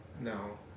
No